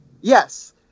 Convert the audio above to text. yes